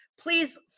please